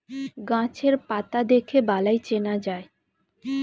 গাছের পাতা দেখে বালাই চেনা যায়